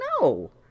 no